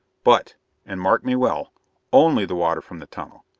but and mark me well only the water from the tunnel!